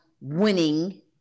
winning